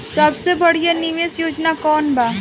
सबसे बढ़िया निवेश योजना कौन बा?